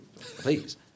Please